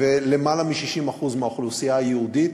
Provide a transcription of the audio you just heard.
ולמעלה מ-60% מהאוכלוסייה היהודית